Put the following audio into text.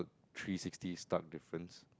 three sixty stark difference